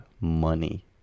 money